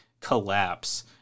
collapse